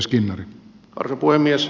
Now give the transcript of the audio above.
arvoisa puhemies